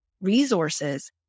resources